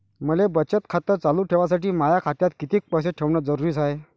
मले बचत खातं चालू ठेवासाठी माया खात्यात कितीक पैसे ठेवण जरुरीच हाय?